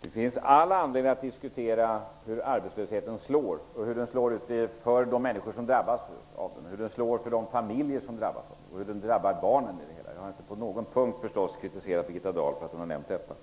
Herr talman! Det finns all anledning att diskutera hur arbetslösheten slår ut för de människor och familjer som drabbas av den och hur den drabbar barnen. Jag har inte på någon punkt kritiserat Birgitta Dahl för att hon har nämnt detta.